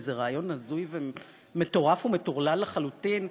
איזה רעיון הזוי ומטורף ומטורלל לחלוטין,